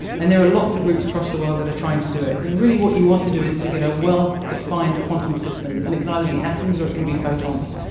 and there are lots of groups across the world that are trying to do it. and really what you want to do is to get a well defined quantum system, and it can either be atoms or it can be photons,